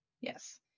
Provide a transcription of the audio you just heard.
yes